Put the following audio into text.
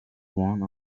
one